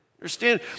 Understand